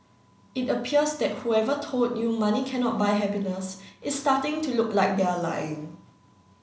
it appears that whoever told you money cannot buy happiness is starting to look like they are lying